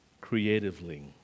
creatively